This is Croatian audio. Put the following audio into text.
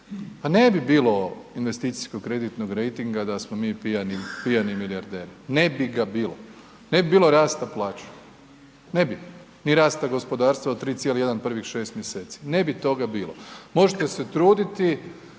pa ne bi bilo investicijskog kreditnog rejtinga da smo mi pijani milijarderi, ne bi ga bilo. Ne bi bilo rasta plaća, ne bi, ni rasta gospodarstva od 3,1 prvih 6 mjeseci, ne bi toga bilo, možete se truditi,